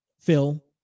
Phil